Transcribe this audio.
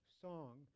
song